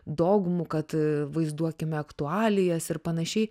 dogmų kad vaizduokime aktualijas ir panašiai